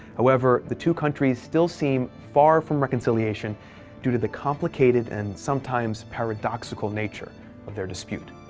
however the two countries still seems far from reconciliation due to the complicated, and sometimes paradoxical nature of their dispute.